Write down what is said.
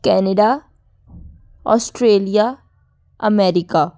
Canada Australia America